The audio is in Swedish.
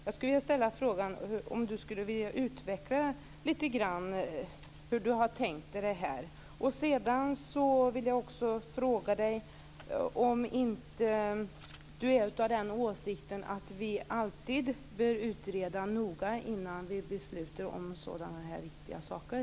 Jag undrar om Berit Adolfsson skulle vilja utveckla hur hon har tänkt sig detta. Sedan vill jag också fråga om inte Berit Adolfsson är av den åsikten att vi alltid bör utreda noga innan vi beslutar om sådana här viktiga saker.